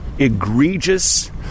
egregious